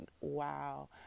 wow